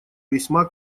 весьма